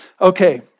Okay